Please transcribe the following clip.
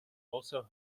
also